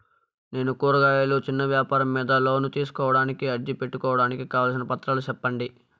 నేను కూరగాయలు చిన్న వ్యాపారం మీద లోను తీసుకోడానికి అర్జీ పెట్టుకోవడానికి కావాల్సిన పత్రాలు సెప్పండి?